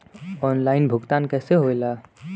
Online भुगतान कैसे होए ला?